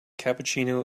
cappuccino